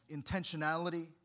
intentionality